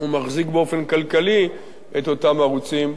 ומחזיק באופן כלכלי את אותם ערוצים,